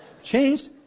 Changed